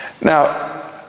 Now